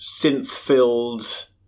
synth-filled